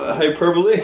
hyperbole